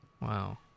Wow